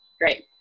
great